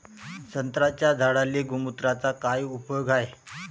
संत्र्याच्या झाडांले गोमूत्राचा काय उपयोग हाये?